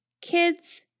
Kids